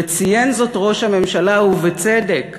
וציין זאת ראש הממשלה ובצדק,